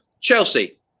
Chelsea